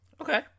Okay